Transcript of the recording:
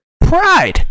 Pride